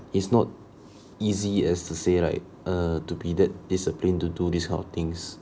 it's not easy as to say right err to be that discipline to do this kind of things